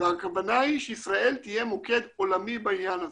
והכוונה היא שישראל תהיה מוקד עולמי בעניין הזה.